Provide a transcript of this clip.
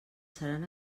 seran